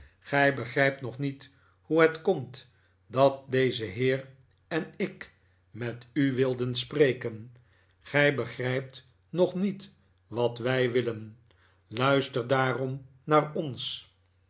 gij begrijpt nog niet hoe het komt dat deze heer en ik met u wilden spreken gij begrijpt nog niet wat wij willen luister daarom naar ons